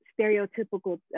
stereotypical